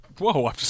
Whoa